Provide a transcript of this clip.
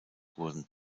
wurden